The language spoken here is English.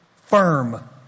firm